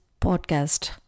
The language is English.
podcast